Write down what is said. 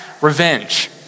revenge